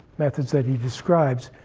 methods that he describes,